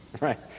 right